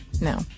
No